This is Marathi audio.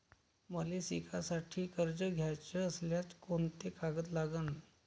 मले शिकासाठी कर्ज घ्याचं असल्यास कोंते कागद लागन?